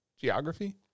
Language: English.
geography